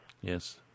Yes